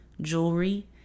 jewelry